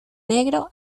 negro